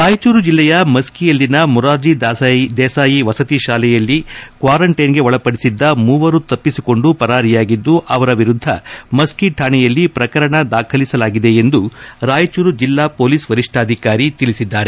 ರಾಯಚೂರು ಜಿಲ್ಲೆಯ ಮಸ್ಕಿಯಲ್ಲಿನ ಮೊರಾಜಿ ದೇಸಾಯಿ ವಸತಿ ಶಾಲೆಯಲ್ಲಿ ಕ್ವಾರಂಟೈನ್ಗೆ ಒಳಪಡಿಸಿದ್ದ ಮೂವರು ತೆಪ್ಪಿಸಿಕೊಂಡು ಪರಾರಿಯಾಗಿದ್ದು ಅವರ ವಿರುದ್ದ ಮಸ್ಕಿ ಠಾಣೆಯಲ್ಲಿ ಪ್ರಕರಣ ದಾಖಲಿಸಲಾಗಿದೆ ಎಂದು ರಾಯಚೂರು ಜಿಲ್ಲಾ ಪೊಲೀಸ್ ವರಿಷ್ಠಾಧಿಕಾರಿ ತಿಳಿಸಿದ್ದಾರೆ